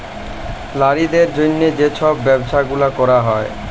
লারিদের জ্যনহে যে ছব ব্যবছা গুলা ক্যরা হ্যয়